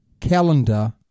calendar